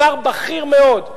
שר בכיר מאוד,